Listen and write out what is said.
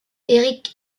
eric